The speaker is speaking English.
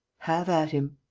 have at him!